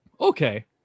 okay